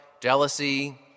jealousy